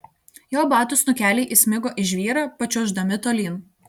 jo batų snukeliai įsmigo į žvyrą pačiuoždami tolyn